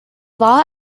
law